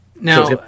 now